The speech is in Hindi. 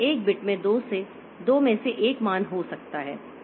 एक बिट में दो में से एक मान हो सकता है